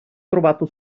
trovato